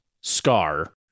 scar